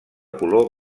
color